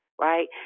right